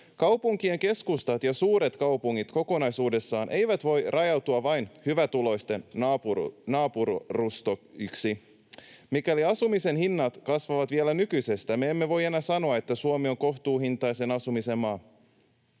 Kaupunkien keskustat ja suuret kaupungit kokonaisuudessaan eivät voi rajautua vain hyvätuloisten naapurustoiksi. Mikäli asumisen hinnat kasvavat vielä nykyisestä, me emme voi enää sanoa, että Suomi on kohtuuhintaisen asumisen maa.